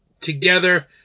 together